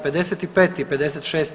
55. i 56.